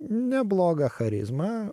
neblogą charizmą